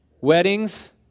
Weddings